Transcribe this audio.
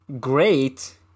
great